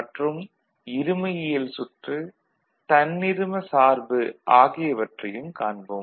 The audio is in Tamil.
மற்றும் இருமையியல் சுற்று தன்னிரும சார்பு ஆகியவற்றையும் காணலாம்